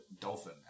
Dolphin